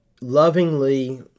lovingly